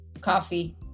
coffee